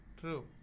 True